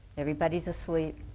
everybody is asleep.